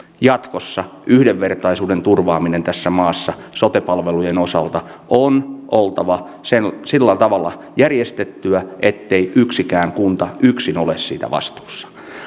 jatkossa yhdenvertaisuuden turvaamisen tässä maassa sote palvelujen osalta on oltava sillä tavalla järjestettyä ettei yksikään kunta yksin ole siitä vastuussa